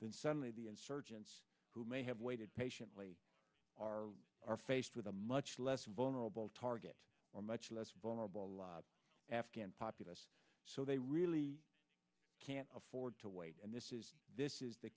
then suddenly the insurgents who may have waited patiently are are faced with a much less vulnerable target or much less vulnerable a lot of afghan populace so they really can't afford to wait and this is this is the